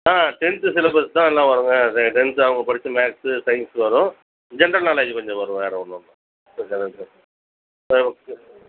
ஆ tenth சிலபஸ்தான் எல்லாம் வருங்க அது டென்த்து அவங்க படிச்ச மேக்ஸ்ஸு சயின்ஸ்ஸு வரும் ஜென்ரல் நாலேஜ் கொஞ்சம் வரும் வேறு ஒன்றும் இல்லை சரிதானேங்க ஆ ஓகே